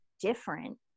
different